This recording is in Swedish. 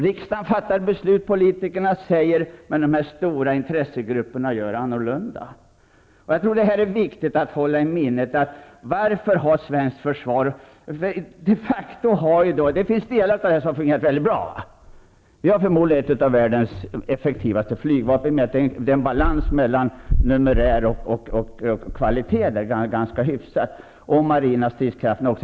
Riksdagen fattar beslut, men stora aktörsgrupper handlar mot besluten. Det finns delar av det svenska försvaret som har fungerat mycket bra. Vi har förmodligen ett av världens effektivaste flygvapen i och med att det råder en ganska hyfsad balans mellan numerär och kvalitet, och det gäller också flera av de marina stridskrafterna.